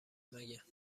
مگه